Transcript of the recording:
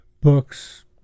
books